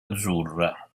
azzurra